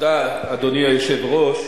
אדוני היושב-ראש,